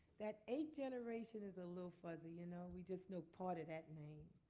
that eight generation is a little fuzzy. you know we just know part of that name.